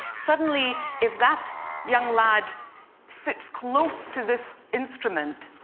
suddenly, if that young lad sits close to this instrument,